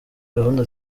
gahunda